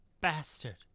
bastard